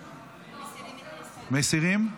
מסירים.